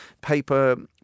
paper